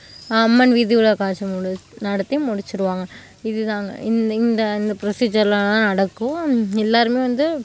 அம்மன் வீதியுலா காட்சி முடிச் நடத்தி முடிச்சிவிடுவாங்க இதுதாங்க இந்த இந்த இந்த ப்ரொசிஜர்லாம் நடக்கும் எல்லாருமே வந்து